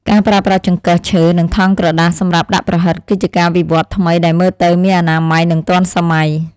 ការប្រើប្រាស់ចង្កឹះឈើនិងថង់ក្រដាសសម្រាប់ដាក់ប្រហិតគឺជាការវិវត្តថ្មីដែលមើលទៅមានអនាម័យនិងទាន់សម័យ។